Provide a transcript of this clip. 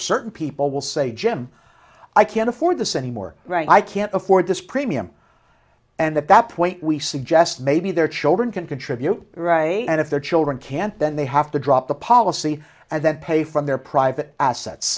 certain people will say jim i can't afford this anymore right i can't afford this premium and at that point we suggest maybe their children can contribute and if their children can't then they have to drop the policy and then pay from their private assets